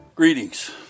Greetings